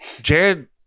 Jared